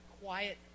quiet